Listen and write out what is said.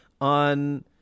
on